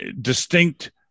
distinct